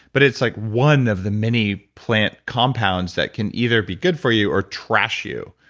but it's like one of the many plant compounds that can either be good for you or trash you.